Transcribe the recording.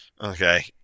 okay